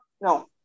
no